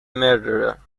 murderer